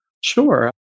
Sure